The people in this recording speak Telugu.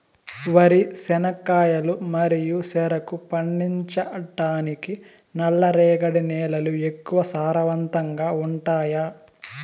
వరి, చెనక్కాయలు మరియు చెరుకు పండించటానికి నల్లరేగడి నేలలు ఎక్కువగా సారవంతంగా ఉంటాయా?